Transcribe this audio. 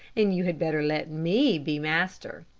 and you had better let me be master.